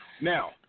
Now